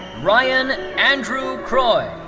ryan andrew croy.